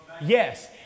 Yes